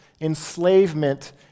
enslavement